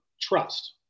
trust